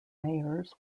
mayors